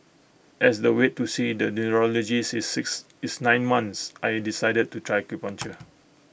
as the wait to see the neurologist is six is nine months I decided to try acupuncture